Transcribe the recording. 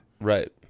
Right